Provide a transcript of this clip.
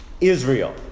Israel